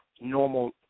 normal